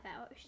hours